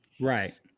Right